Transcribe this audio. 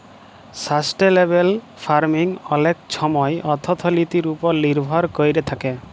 sustainable farming অলেক ছময় অথ্থলিতির উপর লির্ভর ক্যইরে থ্যাকে